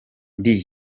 ndi